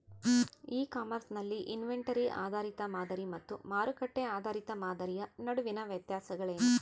E commerce ನಲ್ಲಿ inventory ಆಧಾರಿತ ಮಾದರಿ ಮತ್ತು ಮಾರುಕಟ್ಟೆ ಆಧಾರಿತ ಮಾದರಿಯ ನಡುವಿನ ವ್ಯತ್ಯಾಸಗಳೇನು?